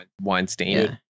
Weinstein